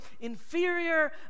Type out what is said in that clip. inferior